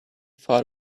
thought